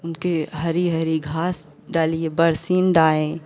उनके हरी हरी घास डालिए बरसीम लायें